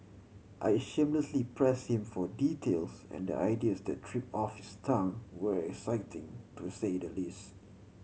I shamelessly pressed him for details and the ideas that trip off his tongue were exciting to say the least